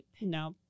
no